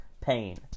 Pain